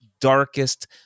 darkest